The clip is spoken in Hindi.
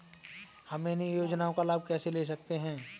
हम इन योजनाओं का लाभ कैसे ले सकते हैं?